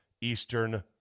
Eastern